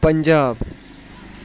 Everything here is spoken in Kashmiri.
پَنجاب